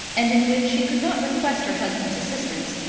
and in which she could not request her husband's assistance,